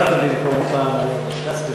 מותר שאני אדבר פעם שנייה?